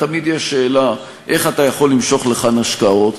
תמיד יש שאלה איך אתה יכול למשוך לכאן השקעות.